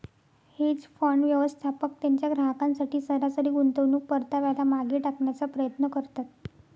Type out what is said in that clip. hedge fund, व्यवस्थापक त्यांच्या ग्राहकांसाठी सरासरी गुंतवणूक परताव्याला मागे टाकण्याचा प्रयत्न करतात